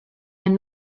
and